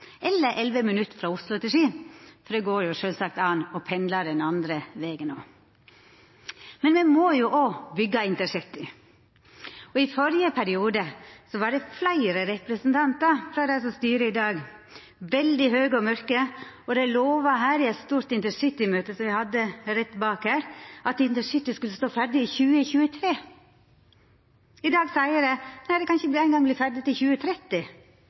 eller 11 minutt frå Oslo til Ski, for det går jo sjølvsagt an å pendla den andre vegen også. Men me må jo òg byggja intercity. I førre periode var fleire representantar for dei som styrer i dag, veldig høge og mørke, og dei lova på eit stort intercitymøte som me hadde rett bak her, at intercity skulle stå ferdig i 2023. I dag seier dei at det ikkje eingong kan verta ferdig til 2030.